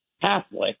Catholic